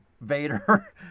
Vader